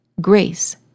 grace